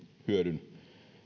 hyödyn